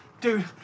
Dude